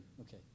Okay